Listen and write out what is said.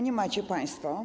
Nie macie państwo.